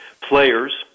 players